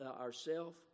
ourself